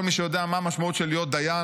כל מי שיודע מה המשמעות של להיות דיין